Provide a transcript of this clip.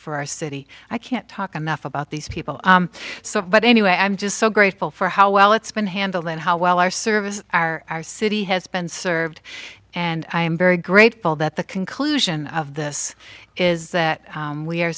for our city i can't talk enough about these people so but anyway i'm just so grateful for how well it's been handled and how well our service our city has been served and i am very grateful that the conclusion of this is that we are